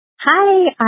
Hi